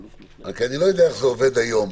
אני לא יודע איך זה עובד היום